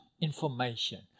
information